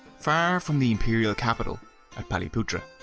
far from the imperial capital at paliputra.